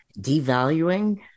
devaluing